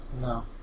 No